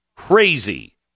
Crazy